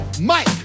Mike